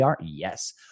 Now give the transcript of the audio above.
Yes